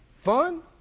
fun